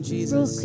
Jesus